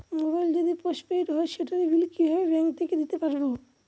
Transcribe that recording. Mobile যদি postpaid হয় সেটার বিল কিভাবে ব্যাংক থেকে দিতে পারব?